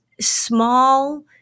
small